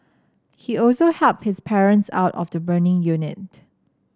he also helped his parents out of the burning unit